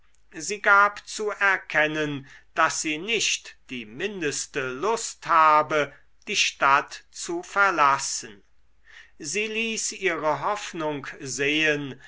sie gab zu erkennen daß sie nicht die mindeste lust habe die stadt zu verlassen sie ließ ihre hoffnung sehen